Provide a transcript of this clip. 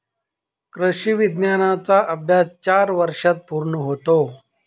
कृषी विज्ञानाचा अभ्यास चार वर्षांत पूर्ण होतो